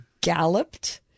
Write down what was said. galloped